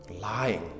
Lying